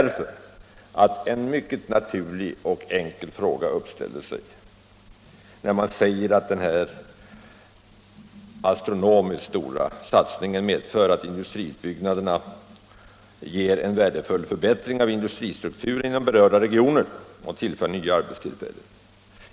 En mycket naturlig och enkel fråga inställer sig när man får höra att denna astronomiska satsning ger ”en värdefull förbättring av industristrukturen inom berörda regioner och tillför nya arbetstillfällen”.